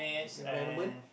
environment